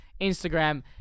Instagram